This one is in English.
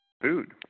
food